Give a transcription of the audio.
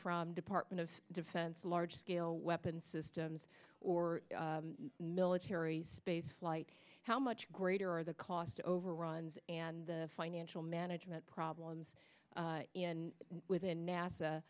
from department of defense large scale weapon systems or military spaceflight how much greater are the cost overruns and the financial management problems within nasa